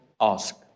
ask